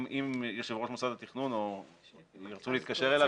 אם יושב-ראש מוסד התכנון ירצה להתקשר אליו